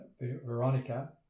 Veronica